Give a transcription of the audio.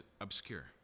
obscure